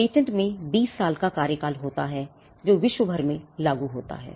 patent में 20 साल का कार्यकाल होता है जो विश्व भर में लागू होता है